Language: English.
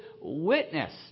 witness